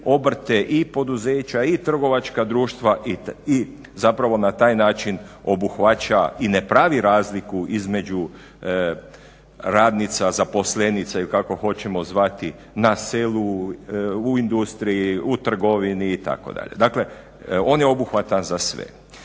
obrte i poduzeća i trgovačka društva i zapravo na taj način obuhvaća i ne pravi razliku između radnica, zaposlenica ili kako hoćemo zvati na selu, u industriji, u trgovini itd. Dakle on je obuhvatan za sve.